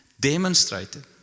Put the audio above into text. demonstrated